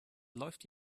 läuft